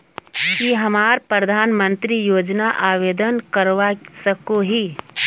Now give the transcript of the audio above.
की हमरा प्रधानमंत्री योजना आवेदन करवा सकोही?